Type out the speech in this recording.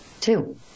two